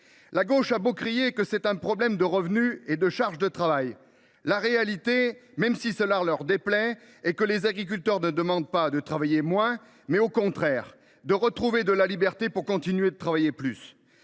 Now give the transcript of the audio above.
La gauche a beau crier que c’est un problème de revenu et de charge de travail, la réalité, même si cela lui déplaît, est que les agriculteurs ne demandent pas à travailler moins ! Au contraire, ils souhaitent retrouver de la liberté pour continuer de travailler plus